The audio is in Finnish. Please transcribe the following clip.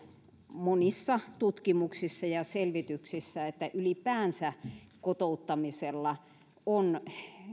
monissa tutkimuksissa ja selvityksissä että ylipäänsä kotouttamisella on